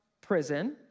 prison